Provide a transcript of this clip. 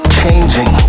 changing